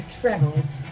travels